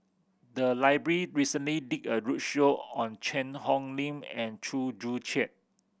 the library recently did a roadshow on Cheang Hong Lim and Chew Joo Chiat